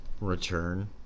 return